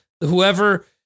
Whoever